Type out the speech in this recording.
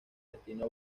destino